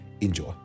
enjoy